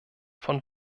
von